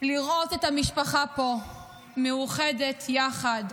לראות את המשפחה פה מאוחדת יחד.